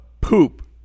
poop